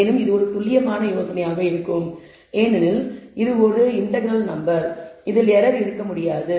மேலும் இது ஒரு துல்லியமான யோசனையாக இருக்கும் ஏனெனில் இது ஒரு இன்டெக்ரல் நம்பர் இதில் எரர் இருக்க முடியாது